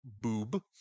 boob